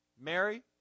Mary